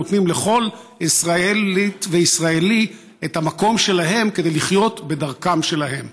נותנים לכל ישראלית וישראלי את המקום שלהם כדי לחיות בדרכם שלהם.